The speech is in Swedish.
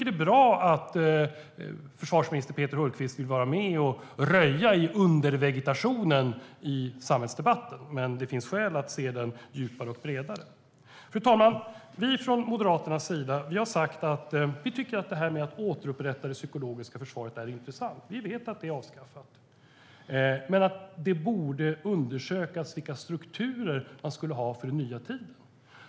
Det är bra att försvarsminister Peter Hultqvist vill vara med och röja i undervegetationen i samhällsdebatten, men det finns skäl att se djupare och bredare. Fru talman! Från Moderaternas sida har vi sagt att detta med att återupprätta det psykologiska försvaret är intressant. Vi vet att det är avskaffat, men det borde undersökas vilka strukturer man ska ha för den nya tiden.